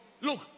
Look